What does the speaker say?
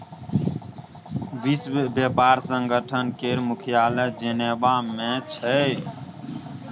विश्व बेपार संगठन केर मुख्यालय जेनेबा मे छै